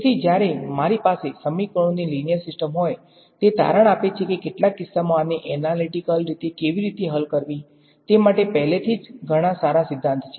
તેથી જ્યારે મારી પાસે સમીકરણોની લીનીયર સિસ્ટમ હોય તે તારણ આપે છે કે કેટલાક કિસ્સાઓમાં આને એનાલીટીકલ રીતે કેવી રીતે હલ કરવી તે માટે પહેલેથી જ ઘણ સારા સિદ્ધાંત છે